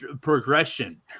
progression